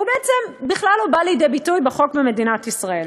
בעצם בכלל לא בא לידי ביטוי בחוק במדינת ישראל.